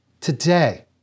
today